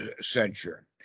censure